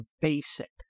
basic